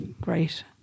Great